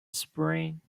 spring